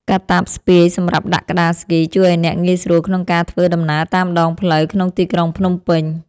កាតាបស្ពាយសម្រាប់ដាក់ក្ដារស្គី ជួយឱ្យអ្នកងាយស្រួលក្នុងការធ្វើដំណើរតាមដងផ្លូវក្នុងទីក្រុងភ្នំពេញ។